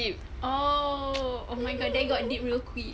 oh oh my god that got deep real quick